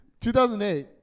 2008